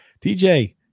tj